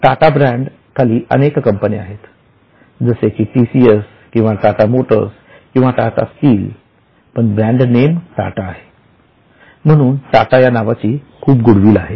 Tata brand खाली अनेक कंपन्या आहेत जसे की टीसीएस किंवा टाटा मोटर्स किंवा टाटा स्टील पण ब्रँड नेम टाटा आहे म्हणून टाटा या नावाची खूप गुडविल आहे